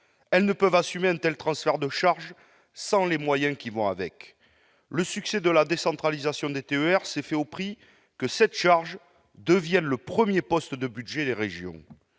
Elles ne peuvent assumer un tel transfert de charge sans les moyens qui vont avec. Le succès de la décentralisation des TER s'est faite au prix que cette charge devienne le premier poste de budget des régions.